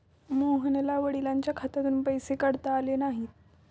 मोहनला वडिलांच्या खात्यातून पैसे काढता आले नाहीत